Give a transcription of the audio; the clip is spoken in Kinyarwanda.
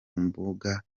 mbuga